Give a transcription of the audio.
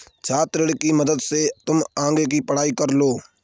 छात्र ऋण की मदद से तुम आगे की पढ़ाई कर लो